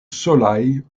solaj